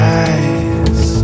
eyes